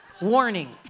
Warning